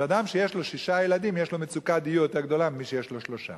אדם שיש לו שישה ילדים יש לו מצוקת דיור יותר גדולה ממי שיש לו שלושה.